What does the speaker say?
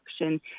action